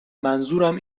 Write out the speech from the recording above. منظورم